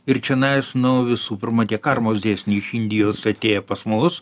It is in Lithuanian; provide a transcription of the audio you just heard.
ir čianais nu visų pirma tie karmos dėsniai iš indijos atėję pas mus